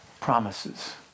promises